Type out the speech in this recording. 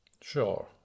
Sure